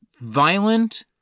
violent